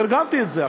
תרגמתי את זה.